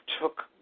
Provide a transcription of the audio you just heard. took